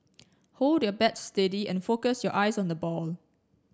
hold your bat steady and focus your eyes on the ball